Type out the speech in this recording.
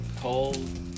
cold